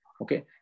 Okay